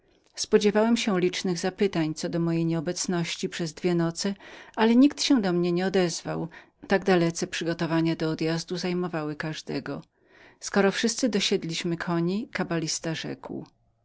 spodziewałem się mnogich zapytań względem mojej nieobecności przez te dwie nocy ale nikt się do mnie nie odezwał tak dalece przygotowania do odjazdu zajmowały każdego skoro wszyscy dosiedliśmy koni